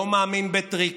לא מאמין בטריקים,